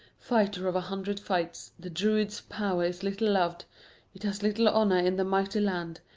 fighter of a hundred fights, the druid's power is little loved it has little honour in the mighty land,